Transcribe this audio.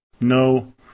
No